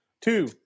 Two